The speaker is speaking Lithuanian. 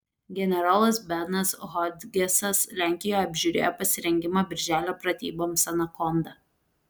generolas benas hodgesas lenkijoje apžiūrėjo pasirengimą birželio pratyboms anakonda